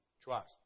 trust